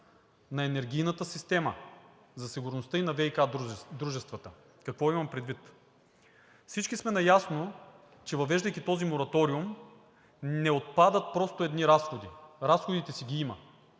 на енергийната система, за сигурността и на ВиК дружествата. Какво имам предвид? Всички сме наясно, че въвеждайки този мораториум, не отпадат просто едни разходи. Разходите си ги има.